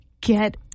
Get